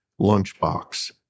lunchbox